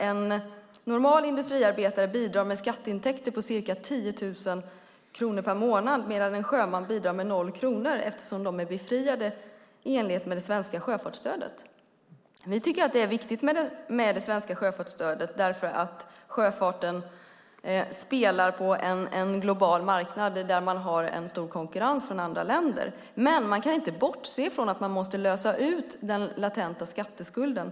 En normal industriarbetare bidrar med skatteintäkter på ca 10 000 kronor per månad medan en sjöman bidrar med 0 kronor, eftersom sjömän är befriade i enlighet med det svenska sjöfartsstödet. Vi tycker att det är viktigt med det svenska sjöfartsstödet eftersom sjöfarten spelar på en global marknad där man har en stor konkurrens från andra länder. Men man kan inte bortse från att man måste lösa frågan om den latenta skatteskulden.